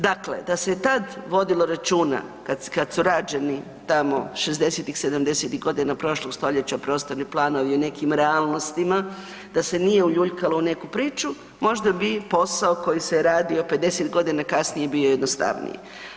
Dakle, da se je tad vodilo računa kad, kad su rađeni tamo '60.-tih, 70.-tih godina prošlog stoljeća prostorni planovi u nekim realnostima da se nije uljuljkalo u neku priču možda bi posao koji se radio 50.g. kasnije bio jednostavniji.